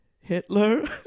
Hitler